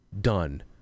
Done